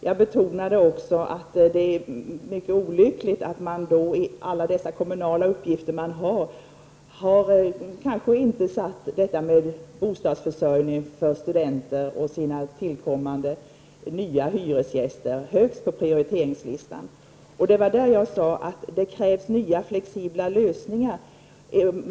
Jag betonade också att det är mycket olyckligt att man bland alla sina kommunala uppgifter kanske inte har satt bostadsförsörjningen för studenter och tillkommande nya hyresgäster högst på prioriteringslistan. Det krävs nya flexibla lösningar.